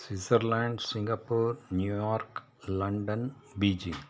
Switzerland Singapore New York London Beijing